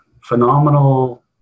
phenomenal